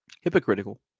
Hypocritical